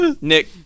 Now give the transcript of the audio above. Nick